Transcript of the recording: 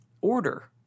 order